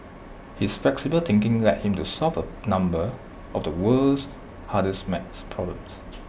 his flexible thinking led him to solve A number of the world's hardest math problems